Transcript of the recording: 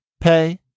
pay